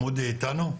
איתנו?